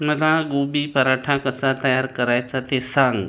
मला गोबी पराठा कसा तयार करायचा ते सांग